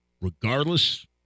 regardless